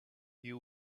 you